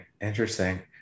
interesting